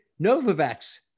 Novavax